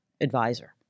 advisor